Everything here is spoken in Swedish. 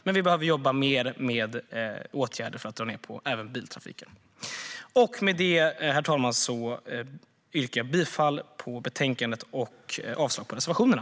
Men vi behöver jobba mer med åtgärder för att dra ned på även biltrafiken. Herr talman! Med det yrkar jag bifall till förslaget i betänkandet och avslag på reservationerna.